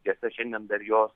tiesa šiandien dar jos